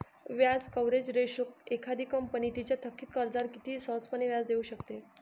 व्याज coverage ratio एखादी company तिच्या थकित कर्जावर किती सहजपणे व्याज देऊ शकते